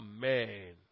Amen